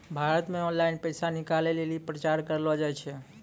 भारत मे ऑनलाइन पैसा निकालै लेली प्रचार करलो जाय छै